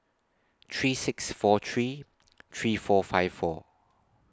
three six four three three four five four